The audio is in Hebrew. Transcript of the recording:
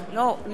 נמצא.